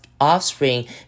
offspring